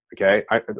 Okay